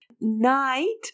night